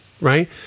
right